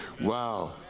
Wow